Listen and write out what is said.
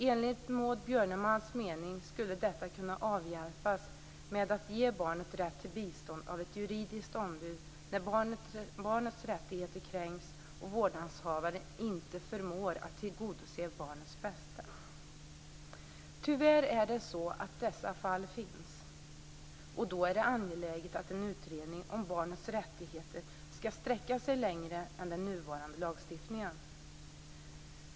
Enligt Maud Björnemalms mening skulle detta kunna avhjälpas genom att ge barnet rätt till bistånd av ett juridiskt ombud när barnets rättigheter kränks och vårdnadshavaren inte förmår att tillgodose barnets bästa. Tyvärr är det så att dessa fall finns. Då är det angeläget att en utredning om barnets rättigheter skall sträcka sig längre än den nuvarande lagstiftningen.